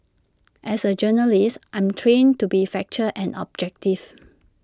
as A journalist I'm trained to be factual and objective